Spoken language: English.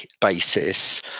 basis